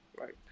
right